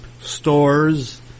stores